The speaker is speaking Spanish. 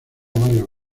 varias